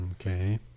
Okay